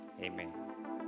Amen